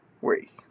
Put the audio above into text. wait